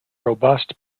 robust